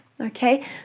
Okay